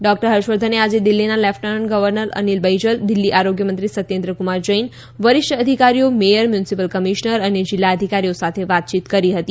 doctor હર્ષવર્ધને આજે દિલ્લીના લેફટન્ટ ગવર્નર અનિલ બૈજલ દિલ્લી આરોગ્યમંત્રી સત્યેન્દ્ર કુમાર જૈન વરિષ્ઠ અધિકારીઓ મેયર મ્યુનિસિપલ કમિશનર અને જિલ્લા અધિકારીઓ સાથે વાતચીત કરી હતી